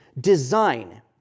design